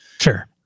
Sure